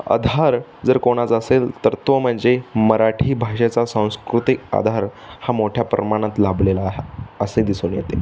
आधार जर कोणाचा असेल तर तो म्हणजे मराठी भाषेचा सांस्कृतिक आधार हा मोठ्या प्रमाणात लाभलेला हा असे दिसून येते